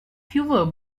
fewer